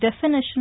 definition